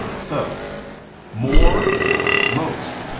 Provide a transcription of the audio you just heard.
so more most.